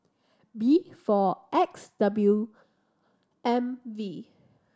B four X W M V